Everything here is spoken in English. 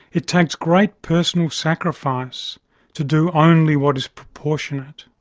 it takes great personal sacrifice to do only what is proportionate.